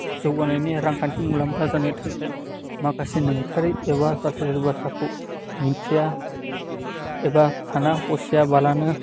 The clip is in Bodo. जौगानायनि रांखान्थि मुलाम्फा जानो थाखाय माखासे नंथारै एबा जाथारै बाथ्राखौ मिथिया एबा साना हसिया बालानो